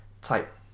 type